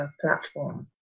platform